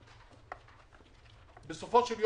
הוצאנו מכתב ליושב-ראש הוועדה המחוזית שאפשר לקדם.